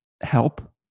help